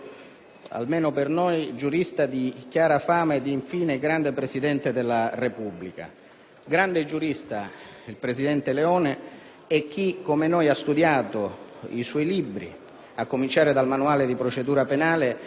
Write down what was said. almeno per noi, giurista di chiara fama e, infine, grande Presidente della Repubblica. Grande giurista il presidente Leone; chi, come noi, ha studiato i suoi libri, a cominciare dal manuale di procedura penale,